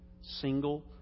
single